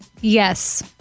Yes